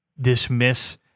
dismiss